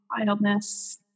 wildness